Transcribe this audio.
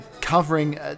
covering